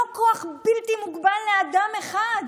לא כוח בלתי מוגבל לאדם אחד.